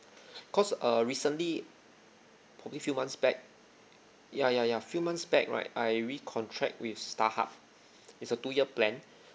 cause uh recently probably few months back ya ya ya few months back right I recontract with starhub is a two year plan